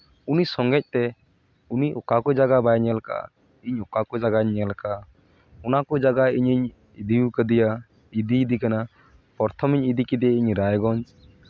ᱩᱱᱤ ᱥᱚᱸᱜᱮᱛᱮ ᱩᱱᱤ ᱚᱠᱟ ᱠᱚ ᱡᱟᱭᱜᱟ ᱵᱟᱭ ᱧᱮᱞ ᱟᱠᱟᱜᱼᱟ ᱤᱧ ᱚᱠᱟ ᱠᱚ ᱡᱟᱭᱜᱟᱧ ᱧᱮᱞ ᱟᱠᱟᱜᱼᱟ ᱚᱱᱟ ᱠᱚ ᱡᱟᱭᱜᱟ ᱤᱧᱤᱧ ᱤᱫᱤ ᱠᱟᱫᱮᱭᱟ ᱤᱫᱤᱭᱮᱫᱮ ᱠᱟᱱᱟ ᱯᱨᱚᱛᱷᱚᱢᱤᱧ ᱤᱫᱤ ᱠᱮᱫᱮᱭᱟ ᱤᱧ ᱨᱟᱭᱜᱚᱸᱡᱽ